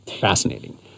fascinating